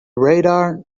radar